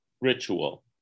ritual